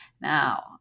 Now